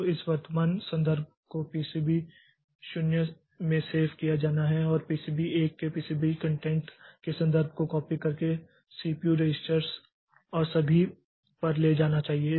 तो इस वर्तमान संदर्भ को PCB 0 में सेव किया जाना है और PCB 1 के PCB 1 कंटेंट के संदर्भ को कॉपी करके सीपीयू रजिस्टरों और सभी पर ले जाना चाहिए